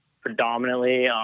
predominantly